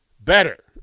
better